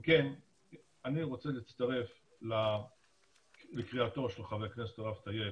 אם כן אני רוצה להצטרף לקריאתו של חבר הכנסת הרב טייב,